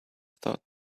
thought